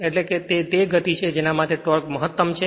એટલે કે તે તે ગતિ છે જેના માટે ટોર્ક મહત્તમ છે